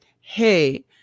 hey